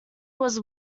was